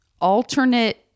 alternate